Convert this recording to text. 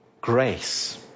grace